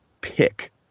pick